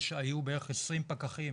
היו כ-20 פקחים